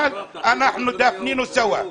אנחנו "דאפנינהו סווא".